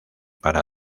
para